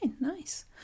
nice